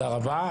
תודה רבה.